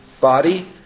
body